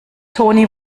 toni